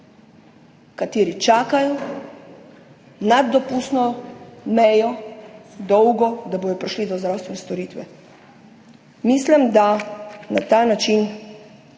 ki čakajo nad dopustno mejo dolgo, da bodo prišli do zdravstvene storitve. Mislim, da se bodo na ta način